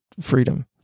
freedom